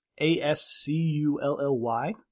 A-S-C-U-L-L-Y